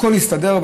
הכול יסתדר,